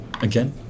again